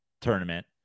tournament